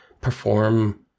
perform